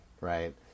right